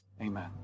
Amen